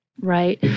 Right